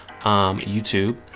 YouTube